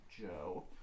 Joe